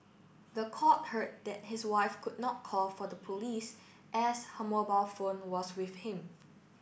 the court heard that his wife could not call for the police as her mobile phone was with him